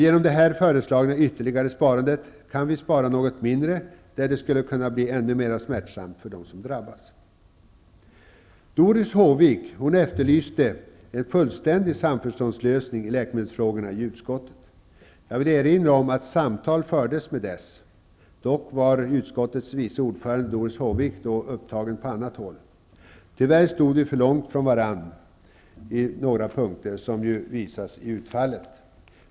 Genom det här föreslagna ytterligare sparandet kan vi spara något mindre på andra områden, där besparingar skulle bli ännu mer smärtsamma för dem som drabbas. Doris Håvik efterlyste en fullständig samförståndslösning i läkemedelsfrågorna i utskottet. Jag vill erinra om att vi förde samtal med Tyvärr stod vi för långt från varandra på några punkter, vilket ju visar sig i utfallet.